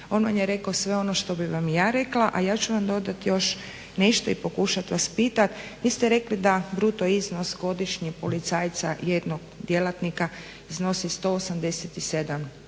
On vam je rekao sve ono što bih vam ja rekla, a ja ću vam dodati još nešto i pokušati vas pitati. Vi ste rekli da bruto iznos godišnji policajca jednog djelatnika iznosi 187